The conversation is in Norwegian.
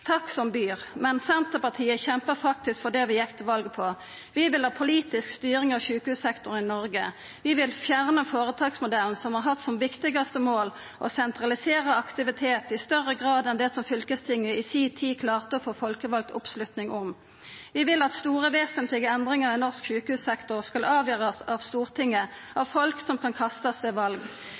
Takk som byr, men Senterpartiet kjempar faktisk for det vi gjekk til val på. Vi vil ha politisk styring av sjukehussektoren i Noreg, vi vil fjerna føretaksmodellen, som har hatt som viktigaste mål å sentralisera aktivitet i større grad enn det som fylkestinget i si tid klarte å få folkevald oppslutning om. Vi vil at store, vesentlege endringar i norsk sjukehussektor skal avgjerast av Stortinget – av folk som kan kastast ved val.